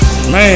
Man